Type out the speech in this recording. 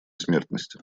смертности